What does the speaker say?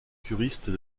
curistes